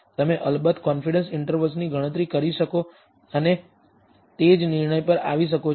તમે અલબત્ત કોન્ફિડન્સ ઈન્ટર્વલની ગણતરી કરી શકો છો અને તે જ નિર્ણય પર આવી શકો છો